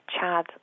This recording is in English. Chad